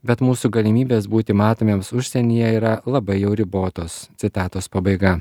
bet mūsų galimybės būti matomiems užsienyje yra labai jau ribotos citatos pabaiga